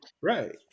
Right